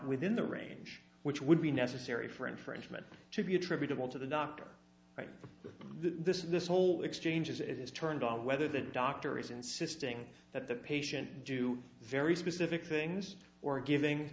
within the range which would be necessary for infringement to be attributable to the doctor right this is this whole exchange as it is turned on whether the doctor is insisting that the patient do very specific things or giving